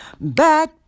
Back